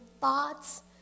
thoughts